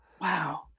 Wow